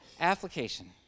application